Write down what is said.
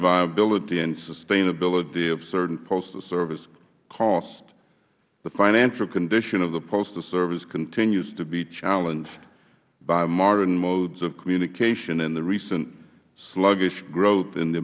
viability and sustainability of certain postal service costs the financial condition of the postal service continues to be challenged by modern modes of communication and the recent sluggish growth in the